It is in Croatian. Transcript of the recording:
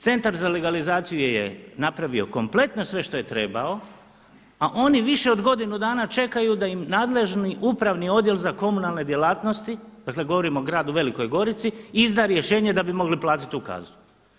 Centar za legalizaciju je napravio kompletno sve što je trebao, a oni više od godinu dana čekaju da im nadležni upravi odjel za komunalne djelatnosti, dakle govorim o gradu Velikoj Gorici, izda rješenje da bi mogli platiti tu kaznu.